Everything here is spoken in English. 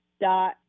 dot